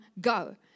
go